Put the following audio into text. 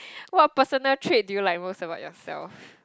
what personal trait do you like most about yourself